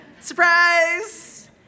Surprise